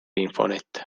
infonet